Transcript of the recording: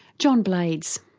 john blades.